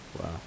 Wow